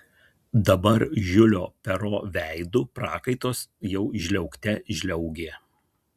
dabar žiulio pero veidu prakaitas jau žliaugte žliaugė